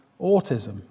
autism